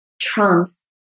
trumps